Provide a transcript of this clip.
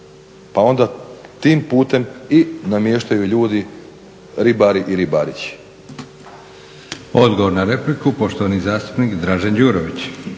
a onda tim putem i namještaju ljudi ribari i ribarići. **Leko, Josip (SDP)** Odgovor na repliku, poštovani zastupnik Dražen Đurović.